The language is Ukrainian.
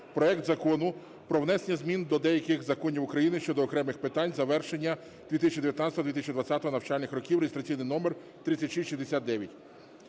проект Закону про внесення змін до деяких законів України щодо окремих питань завершення 2019-2020 навчального року (реєстраційний номер 3669).